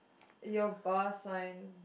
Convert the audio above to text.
your bar sign